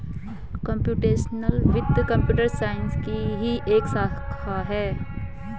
computational वित्त computer science की ही एक शाखा है